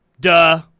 Duh